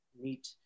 meet